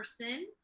person